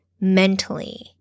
mentally